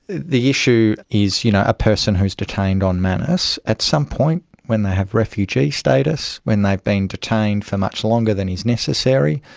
the issue is you know a person who is detained on manus, at some point when they have refugee status, when they have been detained for much longer than is necessary,